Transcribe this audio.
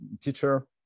teacher